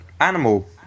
animal